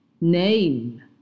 name